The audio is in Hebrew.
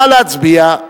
נא להצביע.